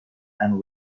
and